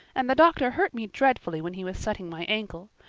and the doctor hurt me dreadfully when he was setting my ankle.